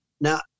now